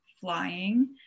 flying